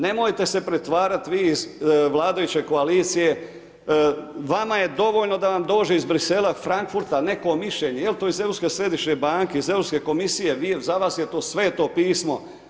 Nemojte se pretvarati vi iz vladajuće koalicije, vama je dovoljno da vam dođe iz Bruxellesa, Frankfurta, neko mišljenje, je li to iz Europske središnje banke, iz EU komisije, vi, za vas je to Sveto pismo.